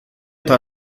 eta